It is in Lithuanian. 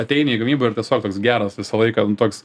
ateini į gamybą ir tiesiog toks geras visą laiką toks